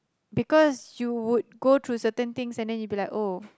because you would go through certain things and then you be like oh